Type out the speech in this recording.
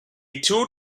two